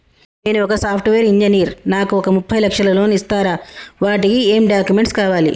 నేను ఒక software engineer నాకు ఒక ముప్పై లక్షల లోన్ ఇస్తరా? వాటికి ఏం డాక్యుమెంట్స్ కావాలి?